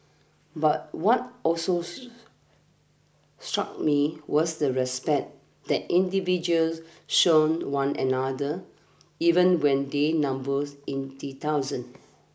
but one also struck me was the respect that individuals shown one another even when they numbers in the thousands